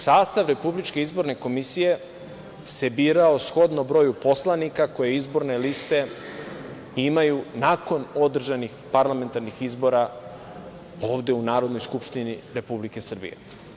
Sastav RIK se birao shodno broju poslanika koji izborne liste imaju nakon održanih parlamentarnih izbora ovde u Narodnoj skupštini Republike Srbije.